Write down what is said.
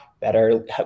Better